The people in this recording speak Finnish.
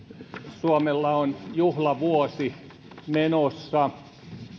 suomella on juhlavuosi menossa